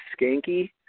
skanky